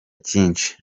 cyinshi